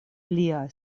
pliaj